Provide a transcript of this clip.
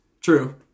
True